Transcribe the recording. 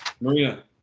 Maria